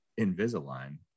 Invisalign